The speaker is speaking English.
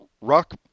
rock